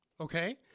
okay